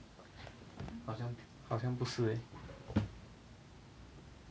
好像好像不是 leh